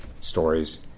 stories